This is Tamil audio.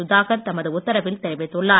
சுதாகர் தமது உத்தரவில் தெரவித்துள்ளார்